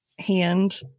hand